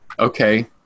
Okay